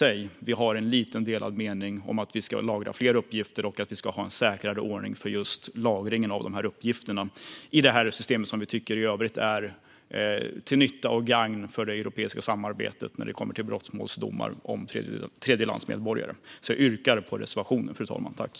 Men vi har en lite delad mening om att det ska lagras fler uppgifter i systemet och att vi ska ha en säkrare ordning för just lagringen av uppgifterna. I övrigt tycker vi att systemet kan vara till nytta för och gagna det europeiska samarbetet om brottmålsdomar och tredjelandsmedborgare. Fru talman! Jag yrkar bifall till reservationen.